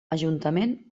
ajuntament